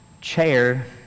chair